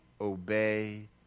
obey